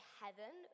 heaven